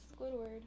Squidward